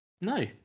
No